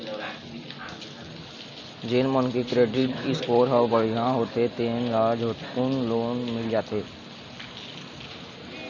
जेन मनखे के क्रेडिट स्कोर ह बड़िहा होथे तेन ल झटकुन लोन मिल जाथे